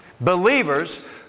Believers